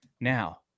Now